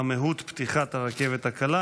אימאן ח'טיב יאסין ומרב מיכאלי בנושא: